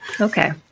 Okay